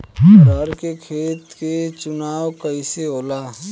अरहर के खेत के चुनाव कइसे होला?